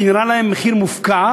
כי נראה להם שהמחיר מופקע,